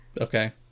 Okay